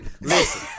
Listen